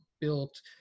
built